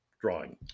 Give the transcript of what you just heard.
drawing